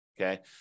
okay